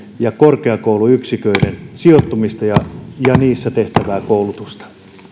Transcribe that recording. ja korkeakouluyksiköiden sijoittumista ja ja niissä tehtävää koulutusta